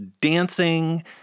dancing